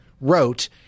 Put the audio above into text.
wrote